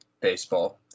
baseball